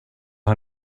har